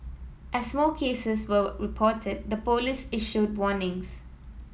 as more cases were reported the police issued warnings